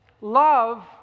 Love